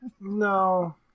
No